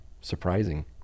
surprising